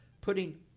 putting